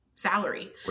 salary